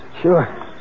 Sure